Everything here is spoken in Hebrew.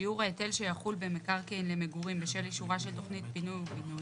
שיעור ההיטל שיחול במקרקעין למגורים בשל אישורה של תכנית פינוי ובינוי,